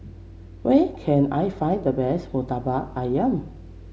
where can I find the best murtabak ayam